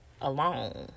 alone